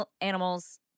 animals